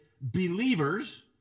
believers